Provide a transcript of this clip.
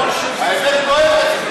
האמת כואבת,